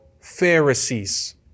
Pharisees